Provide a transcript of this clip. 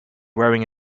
wearing